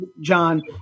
John